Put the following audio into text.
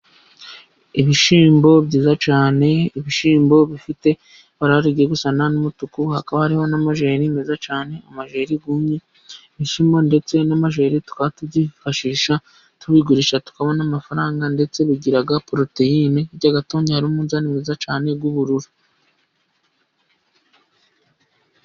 Ibishyimbo byiza cyane, ibishyimbo bifite ibara rigiye gusa n'umutuku, hakaba hariho n'amajeri meza cyane amajeri yumye. Ibishyimbo ndetse n'amajeri tukaba tubyifashisha tubigurisha tukabona amafaranga, ndetse bigira poroteyine. Hirya gatoya hari umunzani mwiza cyane w'ubururu.